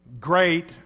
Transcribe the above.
great